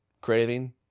craving